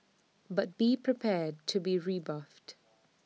but be prepared to be rebuffed